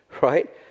right